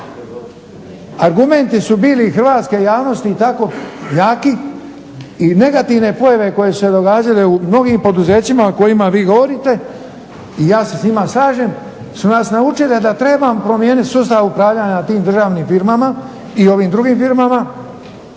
Argumenti su bili i hrvatske javnosti i tako jaki i negativne pojave koje su se događale u mnogim poduzećima o kojima vi govorite i ja se s njima slažem su nas naučile da treba promijeniti sustav upravljanja tim državnim firmama i ovim drugim firmama.